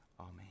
Amen